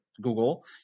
Google